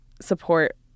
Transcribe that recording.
support